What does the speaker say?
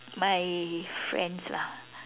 my friends lah